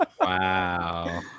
wow